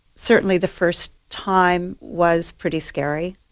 certainly the first time was pretty scary,